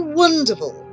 wonderful